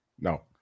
No